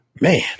man